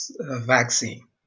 vaccine